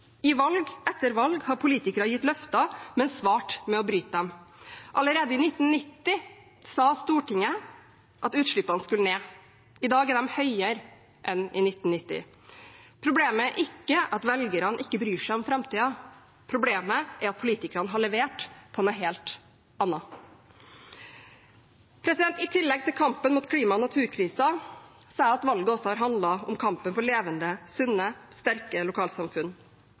I valg etter valg har politikere gitt løfter, men svart med å bryte dem. Allerede i 1990 sa Stortinget at utslippene skulle ned. I dag er de høyere enn i 1990. Problemet er ikke at velgerne ikke bryr seg om framtiden, problemet er at politikerne har levert på noe helt annet. I tillegg til kampen mot klima- og naturkrisen sa jeg at valget har handlet om kampen for levende sunne, sterke lokalsamfunn.